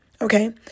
Okay